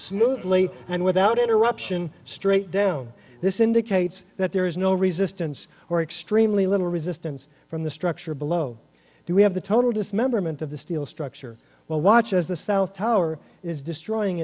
smoothly and without interruption straight down this indicates that there is no resistance or extremely little resistance from the structure below do we have a total dismemberment of the steel structure well watch as the south tower is destroying